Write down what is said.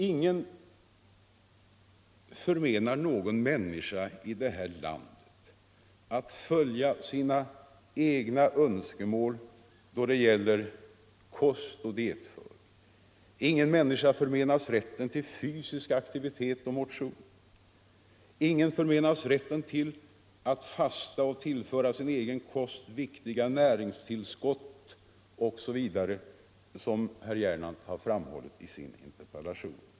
Ingen förmenar någon människa i det här landet att följa sina egna önskemål då det gäller kost och dietföring. Ingen människa förmenas rätten till fysisk aktivitet och motion, ingen förmenas rätten att fasta och att tillföra sin egen kost viktiga näringstillskott osv., som herr Gernandt framhållit i sin interpellation.